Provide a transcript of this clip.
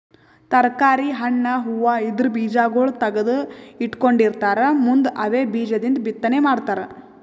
ತರ್ಕಾರಿ, ಹಣ್ಣ್, ಹೂವಾ ಇದ್ರ್ ಬೀಜಾಗೋಳ್ ತಗದು ಇಟ್ಕೊಂಡಿರತಾರ್ ಮುಂದ್ ಅವೇ ಬೀಜದಿಂದ್ ಬಿತ್ತನೆ ಮಾಡ್ತರ್